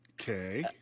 Okay